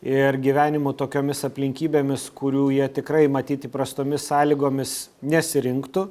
ir gyvenimu tokiomis aplinkybėmis kurių jie tikrai matyt įprastomis sąlygomis nesirinktų